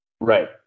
Right